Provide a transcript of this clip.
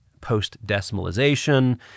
post-decimalization